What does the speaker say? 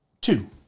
two